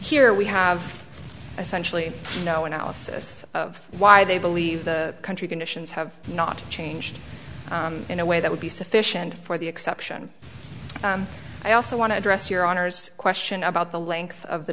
here we have essentially no analysis of why they believe the country conditions have not changed in a way that would be sufficient for the exception i also want to address your honor's question about the length of the